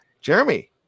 Jeremy